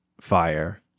fire